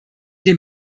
dem